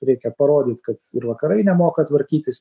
reikia parodyt kad vakarai nemoka tvarkytis